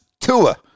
Tua